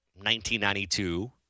1992